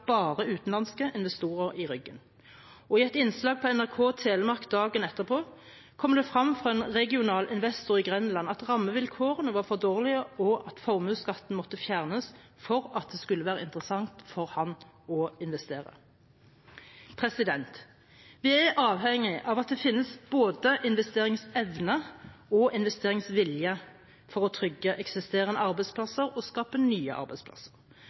bare utenlandske investorer i ryggen. I et innslag på NRK Telemark dagen etterpå kom det frem fra en regional investor i Grenland at rammevilkårene var for dårlige, og at formuesskatten måtte fjernes for at det skulle være interessant for ham å investere. Vi er avhengige av at det finnes både investeringsevne og investeringsvilje for å trygge eksisterende arbeidsplasser og skape nye arbeidsplasser.